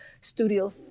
studio